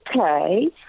Okay